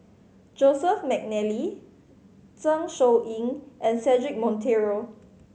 Joseph McNally Zeng Shouyin and Cedric Monteiro